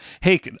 hey